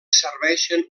serveixen